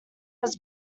was